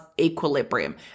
equilibrium